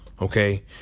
okay